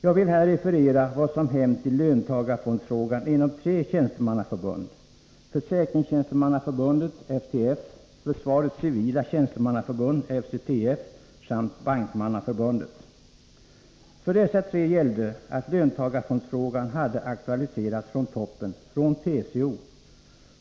Jag vill här referera vad som hänt i löntagarfondsfrågan inom tre tjänstemannaförbund: Försäkringstjänstemannaförbundet, FTF, Försvarets civila tjänstemannaförbund, FCTF, samt Bankmannaförbundet. För dessa tre gällde, att löntagarfondsfrågan hade aktualiserats från toppen, från TCO.